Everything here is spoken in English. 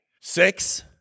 six